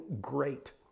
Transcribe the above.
great